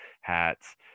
hats